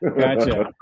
Gotcha